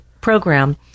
program